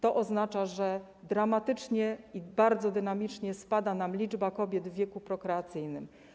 To oznacza, że dramatycznie i bardzo dynamicznie spada nam liczba kobiet w wieku prokreacyjnym.